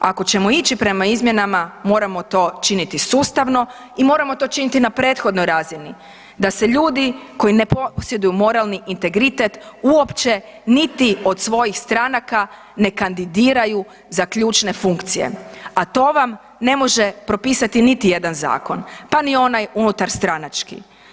Ako ćemo ići prema izmjenama, moramo to činiti sustavno i moramo to činiti na prethodnoj razini, da se ljudi koji ne posjeduju moralni integritet uopće niti od svojih stranaka ne kandidiraju za ključne funkcije, a to vam ne može propisati niti jedan zakon, pa ni onaj unutarstranački.